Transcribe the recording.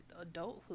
adulthood